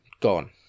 gone